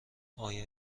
آیا